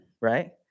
right